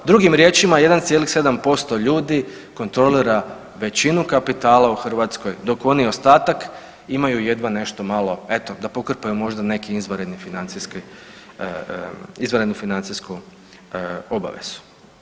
Drugim riječima, 1,7% ljudi kontrolira većinu kapitala u Hrvatskoj dok oni ostatak imaju jedva nešto malo eto da pokrpaju možda neki izvanrednu financijsku obavezu.